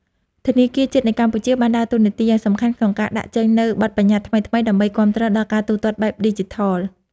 ធនាគារជាតិនៃកម្ពុជាបានដើរតួនាទីយ៉ាងសំខាន់ក្នុងការដាក់ចេញនូវបទបញ្ញត្តិថ្មីៗដើម្បីគាំទ្រដល់ការទូទាត់បែបឌីជីថល។